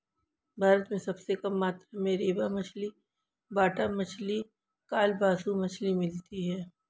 भारत में सबसे कम मात्रा में रेबा मछली, बाटा मछली, कालबासु मछली मिलती है